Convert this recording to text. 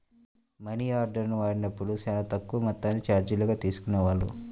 మనియార్డర్ని వాడినప్పుడు చానా తక్కువ మొత్తాన్ని చార్జీలుగా తీసుకునేవాళ్ళు